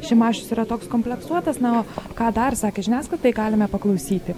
šimašius yra toks kompleksuotas na o ką dar sakė žiniasklaidai galime paklausyti